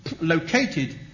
located